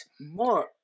More